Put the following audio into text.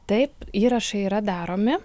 taip įrašai yra daromi